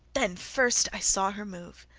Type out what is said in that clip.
then first i saw her move.